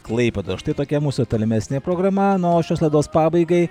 klaipėdos štai tokia mūsų tolimesnė programa na o šios laidos pabaigai